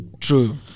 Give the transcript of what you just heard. true